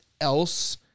else